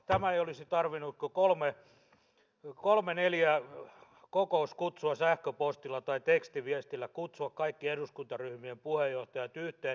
tämä ei olisi tarvinnut kuin kolme neljä kokouskutsua sähköpostilla tai tekstiviestillä kutsua kaikki eduskuntaryhmien puheenjohtajat yhteen